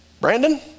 Brandon